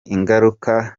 ingaruka